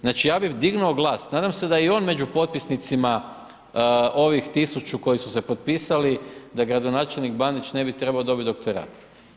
Znači ja bi dignuo glas, nadam se da je i on među potpisnicima ovih 1.000 koji su se potpisali da gradonačelnik Bandić ne bi trebao dobiti doktorat.